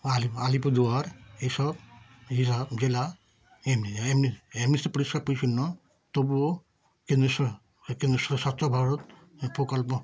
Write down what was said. আলি আলিপুরদুয়ার এইসব এইসব জেলা এমনি এমনি এমনি সব পরিষ্কার পরিছন্ন তবুও কেন্দ্রের স কেন্দ্রের স্বাস্থ্য ভারত প্রকল্প